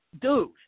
Dude